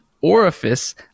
orifice